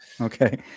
Okay